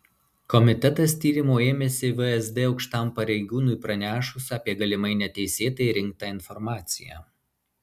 komitetas tyrimo ėmėsi vsd aukštam pareigūnui pranešus apie galimai neteisėtai rinktą informaciją